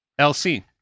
LC